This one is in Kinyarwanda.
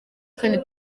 kandi